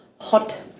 hot